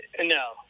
no